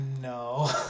No